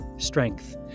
strength